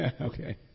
Okay